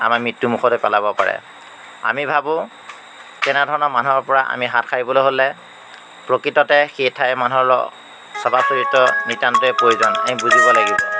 আমাৰ মৃত্যু মুখলৈ পেলাব পাৰে আমি ভাবোঁ কেনেধৰণৰ মানুহৰ পৰা আমি হাত সাৰিবলৈ হ'লে প্ৰকৃততে সেই ঠাই মানুহৰ স্বভাৱ চৰিত্ৰ নিতান্তে প্ৰয়োজন আমি বুজিব লাগিব